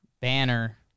banner